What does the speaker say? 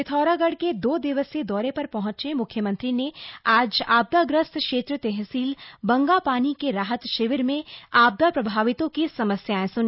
पिथौरागढ़ के दो दिवसीय दौरे पर पहुंचे मुख्यमंत्री ने आज आपदाग्रस्त क्षेत्र तहसील बंगापानी के राहत शिविर में आपदा प्रभावितों की समस्याएं सुनी